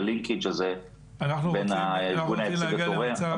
ה-linkage הזה בין הארגון היציג המתרים --- בסדר גמור.